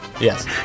Yes